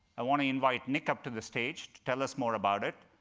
i want to invite nick up to the stage to tell us more about it,